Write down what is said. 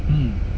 mm